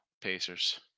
Pacers